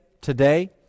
today